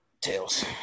Tails